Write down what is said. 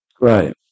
Right